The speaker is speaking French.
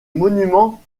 monument